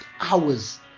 hours